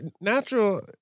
natural